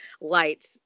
lights